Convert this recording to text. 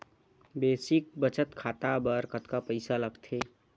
Basic बचत खाता बर कतका पईसा लगथे?